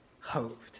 hoped